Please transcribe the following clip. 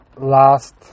last